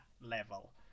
level